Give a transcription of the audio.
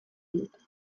dut